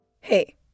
Hey